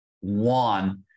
One